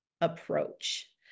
approach